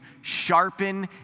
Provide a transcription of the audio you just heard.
sharpen